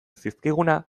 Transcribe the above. zizkiguna